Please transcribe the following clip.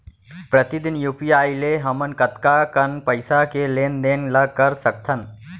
प्रतिदन यू.पी.आई ले हमन कतका कन पइसा के लेन देन ल कर सकथन?